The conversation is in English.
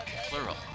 plural